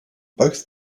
both